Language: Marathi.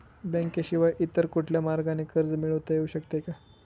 बँकेशिवाय इतर कुठल्या मार्गाने कर्ज मिळविता येऊ शकते का?